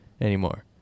anymore